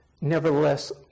nevertheless